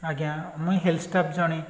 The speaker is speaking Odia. ଆଜ୍ଞା ମୁଇଁ ହେଲ୍ପ ଷ୍ଟାଫ୍ ଜଣେ